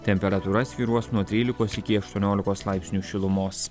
temperatūra svyruos nuo trylikos iki aštuoniolikos laipsnių šilumos